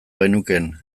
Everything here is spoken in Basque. genukeen